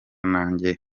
nanjye